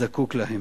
זקוק להם.